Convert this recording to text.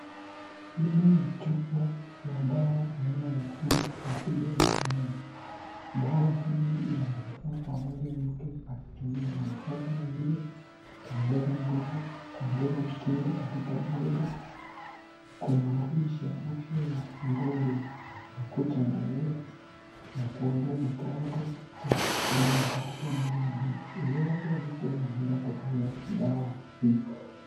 Hili ni chupa ya dawa aina ya folic acid na iron . Dawa hii ina manufaa kwa mwili wa mtu akitumia manufaa mbalimbali kwa kuongeza nguvu, kuongeza kinga katika mwili, kumarisha afya ya ngozi, makucha na nywele na kuongeza kiwango cha damu katika mwili wa mtu iwapo mtu anaenda kutumia dawa hii.